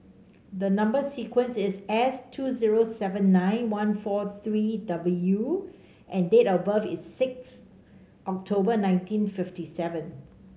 number sequence is S two zero seven nine one four three W and date of birth is six October nineteen fifty seven